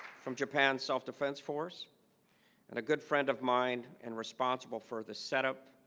from japan's self-defense force and a good friend of mine and responsible for the setup